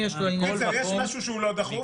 יש משהו שהוא לא דחוף,